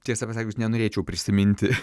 tiesą pasakius nenorėčiau prisiminti